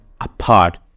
apart